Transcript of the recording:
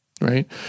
right